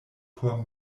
por